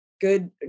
good